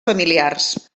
familiars